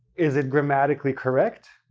is it grammatically correct?